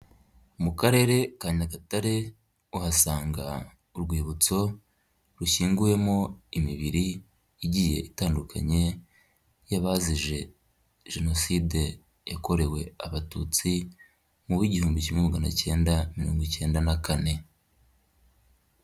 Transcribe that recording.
Mu karere ka Nyagatare uhasanga urwibutso rushyinguyemo imibiri igiye itandukanye y'abazize jenoside yakorewe abatutsi mu w'igihumbi kimwe magana cyenda mirongo icyenda na kane.